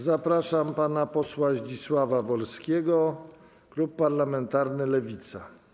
Zapraszam pana posła Zdzisława Wolskiego, klub parlamentarny Lewica.